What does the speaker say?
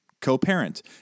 Co-parent